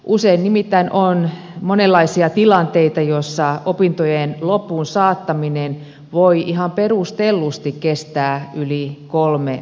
usein nimittäin on monenlaisia tilanteita joissa opintojen loppuunsaattaminen voi ihan perustellusti kestää yli kolme vuotta